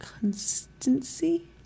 Constancy